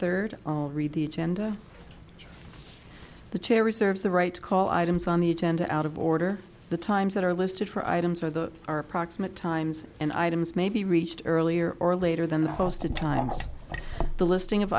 third i'll read the agenda the chair reserves the right to call items on the agenda out of order the times that are listed for items or the are approximate times and items may be reached earlier or later than the hosta times the listing of